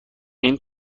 این